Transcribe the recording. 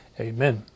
Amen